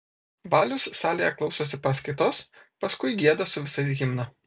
valius salėje klausosi paskaitos paskui gieda su visais himną